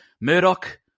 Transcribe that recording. Murdoch